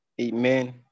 amen